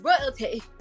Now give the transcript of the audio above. royalty